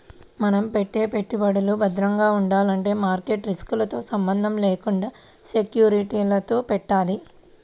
మనం పెట్టే పెట్టుబడులు భద్రంగా ఉండాలంటే మార్కెట్ రిస్కులతో సంబంధం లేకుండా సెక్యూరిటీలలో పెట్టాలి